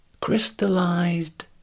crystallized